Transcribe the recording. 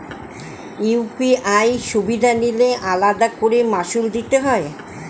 UPI সুবিধা নিলে আলাদা করে মাসুল দিতে হয়?